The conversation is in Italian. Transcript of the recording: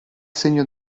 segno